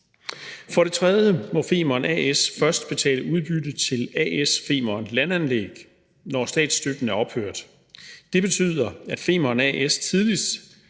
For det tredje må Femern A/S først betale udbytte til A/S Femern Landanlæg, når statsstøtten er ophørt. Det betyder, at Femern A/S tidligst